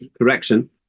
Correction